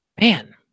man